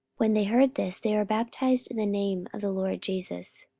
when they heard this, they were baptized in the name of the lord jesus.